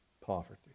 poverty